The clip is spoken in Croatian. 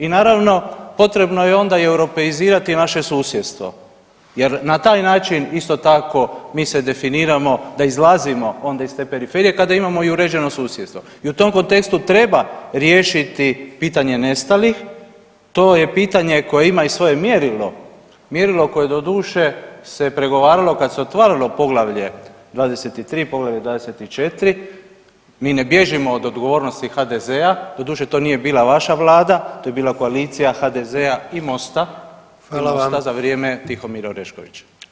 I naravno, potrebno je onda i europeizirati naše susjedstvo jer na taj način, isto tako mi se definiramo da izlazimo onda iz te periferije kada imamo i uređeno susjedstvo i u tom kontekstu treba riješiti pitanje nestalih, to je pitanje koje ima i svoje mjerilo, mjerilo koje doduše se pregovaralo kad se otvaralo poglavlje 23., poglavlje 24., mi ne bježimo od odgovornosti HDZ-a, doduše, to nije bila vaša Vlada, to je bila koalicija HDZ-a i Mosta, Mosta za vrijeme Tihomira Oreškovića.